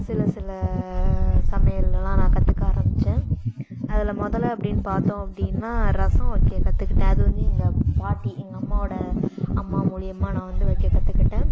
சில சில சமையல்லெலாம் நான் கற்றுக்க ஆரமித்தேன் அதில் மொதலில் அப்படின்னு பார்த்தோம் அப்படின்னால் ரசம் வைக்க கற்றுக்கிட்டேன் அது வந்து எங்கள் பாட்டி எங்கள் அம்மாவோடய அம்மா மூலயமா நான் வந்து வைக்க கற்றுக்கிட்டேன்